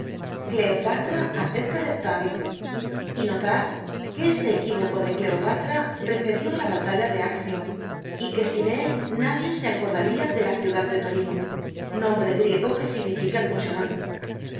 cleopatra acerca de octavio y notad que este equívoco de cleopatra precedió á la batalla de accio y que sin él nadie se acordaria de la ciudad de toryne nombre griego que significa cucharon